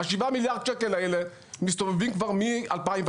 השבעה מיליארד שקלים האלה מסתובבים כבר מ-2011,